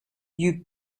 you